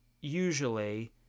usually